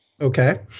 Okay